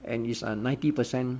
and it's ninety percent